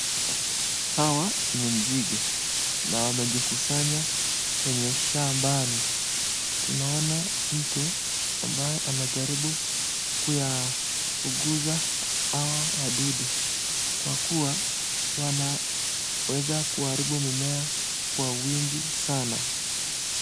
Hawa ni nzige na wamejikusanya kwenye shambani. Tunaona mtu ambaye anajaribu kuwaguza hawa wadudu kwa kuwa wanaweza kuharibu mimea kwa wingi sana.